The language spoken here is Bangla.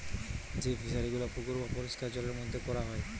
যেই ফিশারি গুলা পুকুর বা পরিষ্কার জলের মধ্যে কোরা হয়